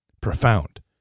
profound